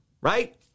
right